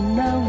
no